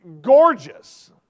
gorgeous